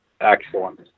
Excellent